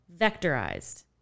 vectorized